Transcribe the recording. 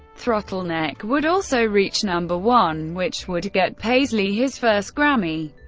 throttleneck would also reach number one, which would get paisley his first grammy.